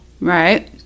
Right